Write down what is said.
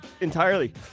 entirely